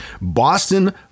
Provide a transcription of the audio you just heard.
Boston